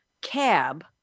cab